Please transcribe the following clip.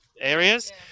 areas